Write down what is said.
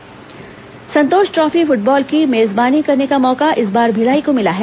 football trophy Santosh trophy football की मेजबानी करने का मौका इस बार भिलाई को मिला है